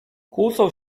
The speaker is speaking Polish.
kłócą